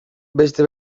beste